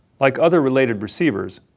like other related receivers.